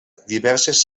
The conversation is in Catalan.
diverses